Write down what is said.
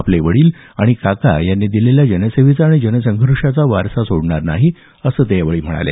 आपले वडील आणि काकांनी दिलेला जनसेवेचा आणि जन संघर्षाचा वारसा सोडणार नाही असं ते यावेळी म्हणाले